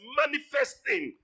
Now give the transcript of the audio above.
manifesting